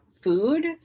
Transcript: food